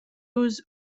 use